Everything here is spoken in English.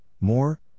more